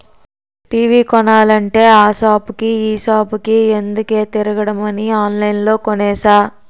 TV కొనాలంటే ఆ సాపుకి ఈ సాపుకి ఎందుకే తిరగడమని ఆన్లైన్లో కొనేసా